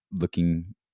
looking